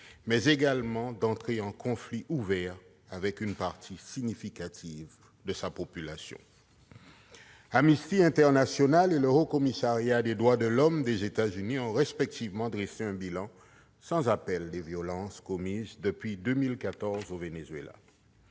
mais aussi d'entrer en conflit ouvert avec une partie significative de sa population. Amnesty International et le Conseil des droits de l'homme des Nations unies ont respectivement dressé un bilan sans appel des violences commises depuis 2014 au Venezuela